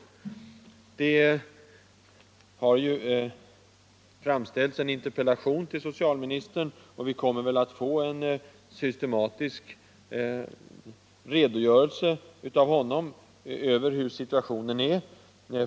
Turid Ström har framställt en interpellation till socialministern, så vi kommer väl att få en systematisk redogörelse av honom för situationen.